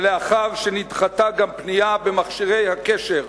ולאחר שנדחתה גם פנייה במכשירי הקשר,